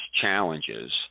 challenges